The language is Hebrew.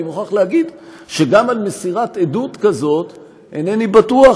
אני מוכרח להגיד שגם על מסירת עדות כזאת אינני בטוח